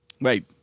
Wait